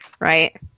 Right